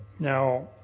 Now